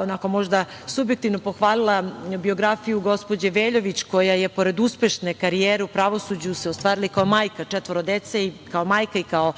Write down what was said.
onako možda subjektivno, pohvalila biografiju gospođe Veljović koja je pored uspešne karijere u pravosuđu se ostvarila i kao majka četvoro dece. Kao majka i kao